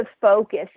focus